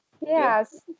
Yes